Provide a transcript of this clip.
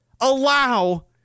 allow